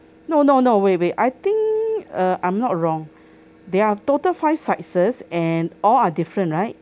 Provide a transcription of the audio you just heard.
no no no wait wait I think uh I'm not wrong there are total five sides and all are different right